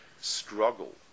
struggle